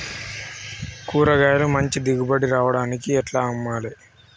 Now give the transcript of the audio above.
కూరగాయలకు మంచి దిగుబడి రావడానికి ఎట్ల అమ్మాలే?